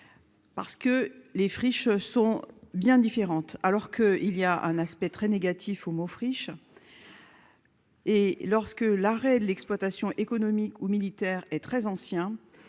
parce que les friches sont bien différentes, alors que, il y a un aspect très négatif au mot friche. Et lorsque l'arrêt de l'exploitation économique ou militaire est très ancien,